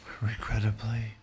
regrettably